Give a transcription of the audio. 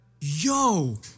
yo